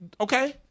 okay